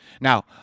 now